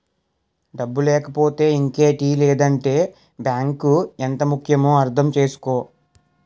డబ్బు లేకపోతే ఇంకేటి లేదంటే బాంకు ఎంత ముక్యమో అర్థం చేసుకో